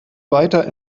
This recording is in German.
weiter